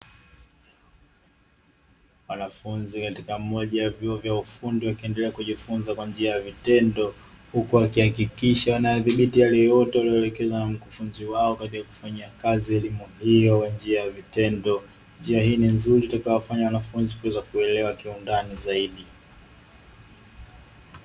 Wanafunzi katika moja ya vyuo vya ufundi wakiendelea kujifunza kwa njia ya vitendo, huku akihakikisha wanadhibiti hayo yote walioelekezwa na mkufunzi wao katika kufanya kazi, elimu hiyo kwa njia ya vitendo ni nzuri, kwani itawawezesha wanafunzi kuelewa kiundani zaidi.